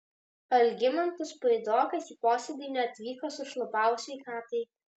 algimantas puidokas į posėdį neatvyko sušlubavus sveikatai